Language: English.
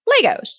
Legos